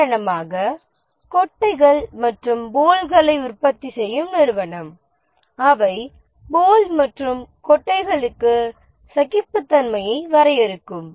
உதாரணமாக கொட்டைகள் மற்றும் போல்ட்களை உற்பத்தி செய்யும் நிறுவனம் அவை போல்ட் மற்றும் கொட்டைகளுக்கு சகிப்புத்தன்மையை வரையறுக்கும்